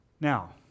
Now